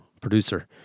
producer